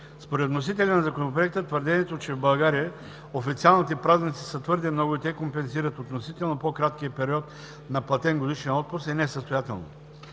Според вносителя на Законопроекта твърдението, че в България официалните празници са твърде много и те компенсират относително по-краткия период на платен годишен отпуск, е несъстоятелно.